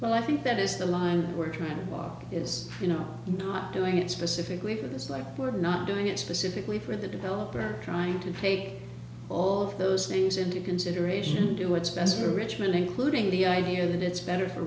but i think that is the line we're trying to block is you know not doing it specifically for this like we're not doing it specifically for the developer trying to take all of those things into consideration do its best to richmond including the idea that it's better for